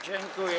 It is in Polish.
Dziękuję.